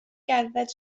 gerdded